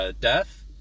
death